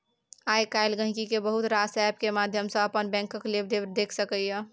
आइ काल्हि गांहिकी बहुत रास एप्प केर माध्यम सँ अपन बैंकक लेबदेब देखि सकैए